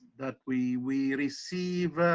that we we receive